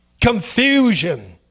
confusion